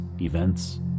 events